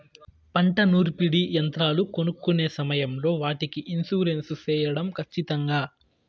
పంట నూర్పిడి యంత్రాలు కొనుక్కొనే సమయం లో వాటికి ఇన్సూరెన్సు సేయడం ఖచ్చితంగా?